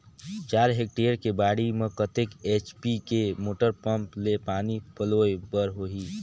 चार हेक्टेयर के बाड़ी म कतेक एच.पी के मोटर पम्म ले पानी पलोय बर होही?